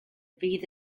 fydd